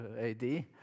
AD